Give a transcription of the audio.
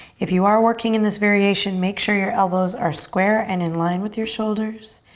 if you are working in this variation make sure your elbows are square and in line with your shoulders.